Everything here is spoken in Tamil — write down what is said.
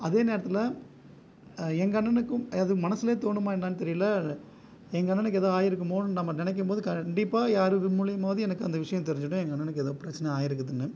அதே நேரத்தில் எங்கள் அண்ணனுக்கும் அது மனசுலே தோணுமா என்னென்னு தெரியலை எங்கள் அண்ணனுக்கு எதாது ஆயிருக்குமோன்னு நம்ம நினைக்கும் போது கண்டிப்பாக யார் மூலிமாவது எனக்கு அந்த விஷயம் தெரிஞ்சிடும் எங்கள் அண்ணனுக்கு ஏதோ பிரச்சின ஆகிருக்குதுன்னு